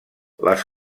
les